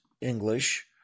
English